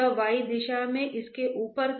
वह y दिशा में मोमेंटम है